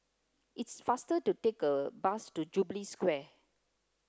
it is faster to take a bus to Jubilee Square